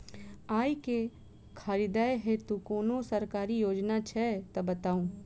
आइ केँ खरीदै हेतु कोनो सरकारी योजना छै तऽ बताउ?